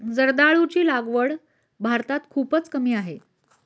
जर्दाळूची लागवड भारतात खूपच कमी आहे